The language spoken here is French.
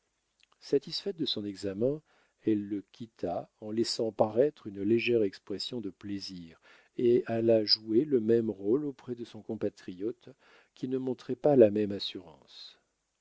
satisfaite de son examen elle le quitta en laissant paraître une légère expression de plaisir et alla jouer le même rôle auprès de son compatriote qui ne montrait pas la même assurance